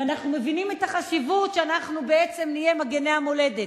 ואנחנו מבינים את החשיבות שאנחנו בעצם נהיה מגיני המולדת,